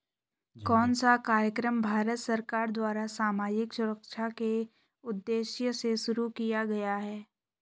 कौन सा कार्यक्रम भारत सरकार द्वारा सामाजिक सुरक्षा के उद्देश्य से शुरू किया गया है?